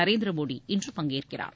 நரேந்திர மோடி இன்று பங்கேற்கிறார்